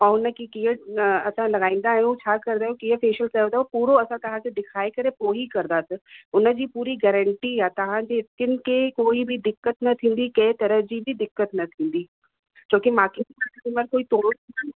ऐं उनके कीअं असां लॻाईंदा आहियूं छा करे कीअं फ़ेशियल कयो अथऊं पूरो असां तव्हांखे ॾेखारे करे पोइ हीअ करदासीं उनजी पूरी गारंटी आहे तव्हांजी स्किन के कोई बि दिक़तु न थींदी कंहिं तरह जी बि दिक़तु न थींदी छोकि मूंखे कस्टमर कोई तोड़ण